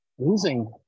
losing